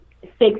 six